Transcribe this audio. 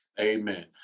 Amen